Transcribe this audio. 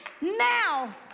now